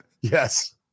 Yes